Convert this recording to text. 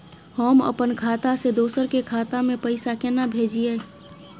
हम अपन खाता से दोसर के खाता में पैसा केना भेजिए?